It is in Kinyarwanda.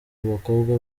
bakobwa